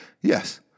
Yes